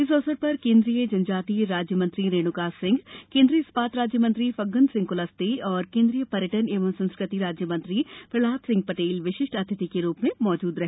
इस अवसर पर केन्द्रीय जनजातीय राज्य मंत्री रेणुका सिंह केन्द्रीय इस्पात राज्य मंत्री फग्गन सिंह कुलस्ते और केन्द्रीय पर्यटन एवं संस्कृति राज्य मंत्री प्रहलाद सिंह पटैल विशिष्ट अतिथि के रूप में मौजूद रहे